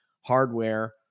hardware